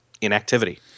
inactivity